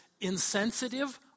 insensitive